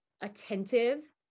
attentive